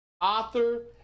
Author